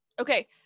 okay